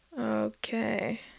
Okay